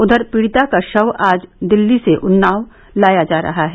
उधर पीड़िता का शव आज दिल्ली से उन्नाव लाया जा रहा है